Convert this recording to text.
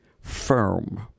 Firm